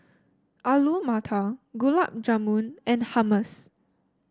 Alu Matar Gulab Jamun and Hummus